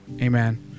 Amen